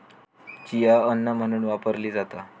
chia अन्न म्हणून वापरली जाता